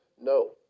no